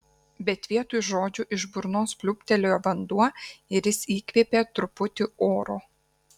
bet vietoj žodžių iš burnos pliūptelėjo vanduo ir jis įkvėpė truputį oro